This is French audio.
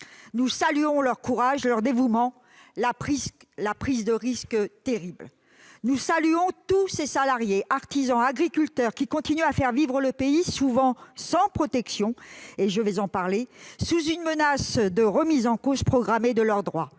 Nous saluons leur courage, leur dévouement, leur prise de risque terrible. De même, nous saluons tous les salariés, artisans et agriculteurs qui continuent à faire vivre le pays, souvent sans protection- j'y reviendrai -et sous la menace d'une remise en cause programmée de leurs droits.